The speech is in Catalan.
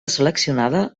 seleccionada